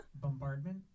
Bombardment